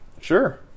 Sure